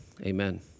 amen